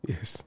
Yes